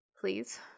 please